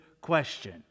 question